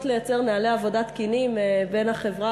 לייצר נוהלי עבודה תקינים בין החברה,